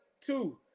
two